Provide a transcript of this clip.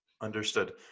Understood